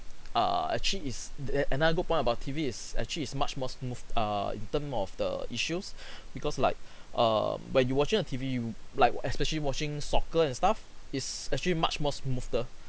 err actually is there another good point about T_V is actually is much more smooth err in terms of the issues because like um when you watching a T_V you like especially watching soccer and stuff is actually much more smoother